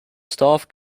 staff